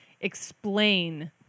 explain